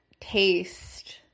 taste